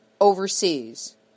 overseas